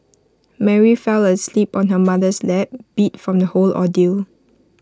Mary fell asleep on her mother's lap beat from the whole ordeal